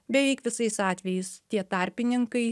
beveik visais atvejais tie tarpininkai